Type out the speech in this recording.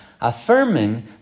affirming